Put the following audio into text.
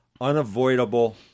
unavoidable